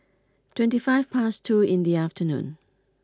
twenty five past two in the afternoon